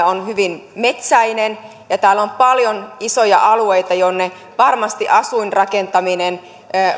on hyvin metsäinen ja täällä on paljon isoja alueita jonne asuinrakentaminen